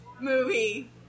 movie